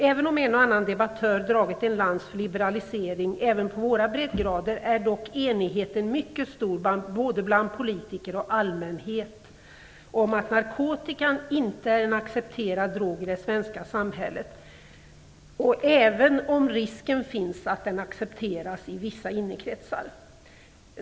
Även om en och annan debattör dragit en lans för liberalisering också på våra breddgrader är dock enigheten om att narkotikan inte är en accepterad drog i det svenska samhället mycket stor bland både politiker och allmänhet - även om risken finns att den accepteras i vissa innekretsar.